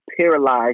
paralyzed